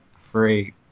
Free